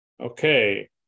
Okay